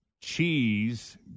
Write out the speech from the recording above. cheese